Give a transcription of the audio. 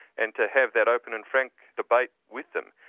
and to have that open and frank debate with them.